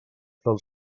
del